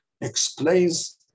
Explains